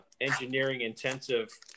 engineering-intensive